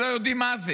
שלא יודעים מה זה